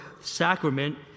sacrament